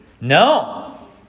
No